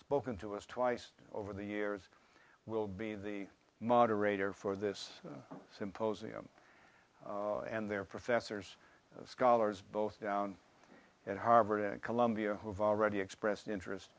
spoken to us twice over the years will be the moderator for this symposium and their professors scholars both down at harvard and columbia who have already expressed interest